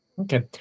Okay